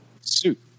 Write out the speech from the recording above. suit